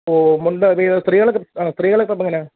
ഓ മുണ്ട് അത് സ്ത്രീകക് സ്ത്രീകൾക്ക് അപ്പം എങ്ങനെയാണ്